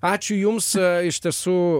ačiū jums iš tiesų